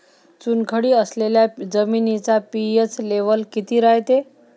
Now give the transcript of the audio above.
चुनखडी असलेल्या जमिनीचा पी.एच लेव्हल किती रायते?